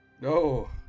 No